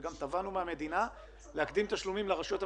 וגם תבענו מהמדינה להקדים תשלומים לרשויות המקומיות,